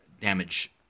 damage